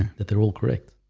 that they're all correct.